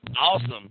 awesome